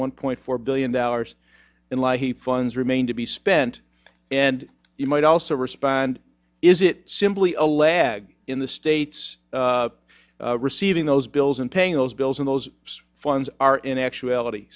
one point four billion dollars in light he funds remain to be spent and you might also respond is it simply a lag in the states receiving those bills and paying those bills and those funds are in actuality